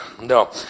No